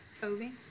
Toby